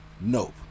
nope